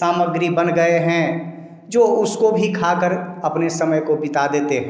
सामग्री बन गए हैं जो उसको भी खा कर अपने समय को बिता देते हैं